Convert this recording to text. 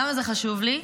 למה זה חשוב לי?